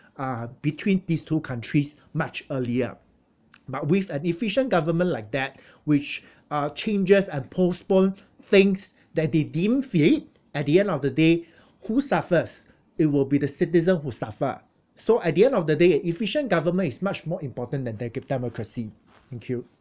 uh between these two countries much earlier but with an efficient government like that which uh changes and postpone things that they deemed fit at the end of the day who suffers it will be the citizen who suffer so at the end of the day efficient government is much more important than the democracy thank you